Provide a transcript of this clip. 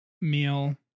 Meal